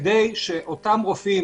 כדי שאותם רופאים